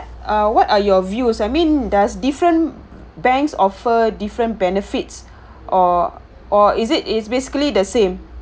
ah what are your views I mean does different banks offer different benefits or or is it is basically the same